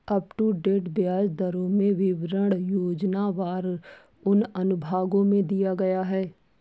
up to date ब्याज दरों का विवरण योजनावार उन अनुभागों में दिया गया है